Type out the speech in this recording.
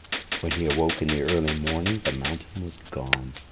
when he awoke in the early morning the mountain was gone.